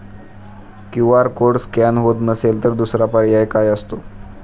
QR code scan होत नसेल तर दुसरा पर्याय काय असतो?